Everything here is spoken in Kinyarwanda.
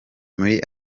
muri